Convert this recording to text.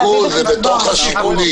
זה שיקול, זה בתוך השיקולים.